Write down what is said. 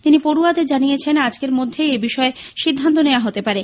তিনি পড়য়াদের জানিয়েছেন আজকের মধ্যেই এবিষয়ে সিদ্ধান্ত নেওয়া হতে পারে